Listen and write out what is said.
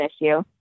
issue